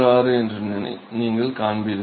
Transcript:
66 என்று நீங்கள் காண்பீர்கள்